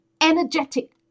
energetic